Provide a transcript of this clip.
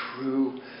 true